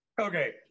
okay